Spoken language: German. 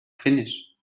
finnisch